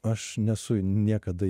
aš nesu niekada į